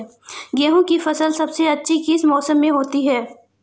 गेंहू की फसल सबसे अच्छी किस मौसम में होती है?